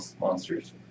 monsters